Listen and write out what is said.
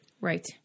Right